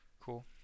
cool